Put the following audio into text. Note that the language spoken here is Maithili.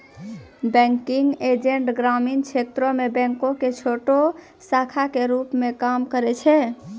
बैंकिंग एजेंट ग्रामीण क्षेत्रो मे बैंको के छोटो शाखा के रुप मे काम करै छै